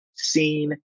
seen